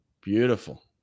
beautiful